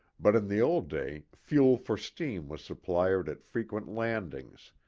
but in the old day fuel for steam was supplied at fre quent landings,